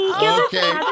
Okay